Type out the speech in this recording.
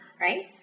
right